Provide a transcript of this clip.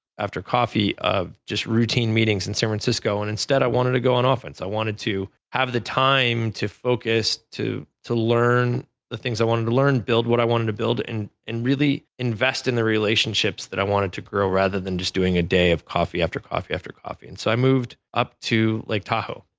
after coffee of just routine meetings in san francisco and instead i wanted to go on offense. i wanted to have the time to focus, to to learn the things i wanted to learn, build what i wanted to build and really invest in a relationships that i wanted to grow rather than just doing a day of coffee after coffee, after coffee. and so i moved up to lake tahoe.